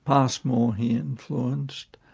passmore he influenced,